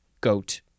goat